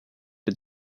but